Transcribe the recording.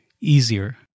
easier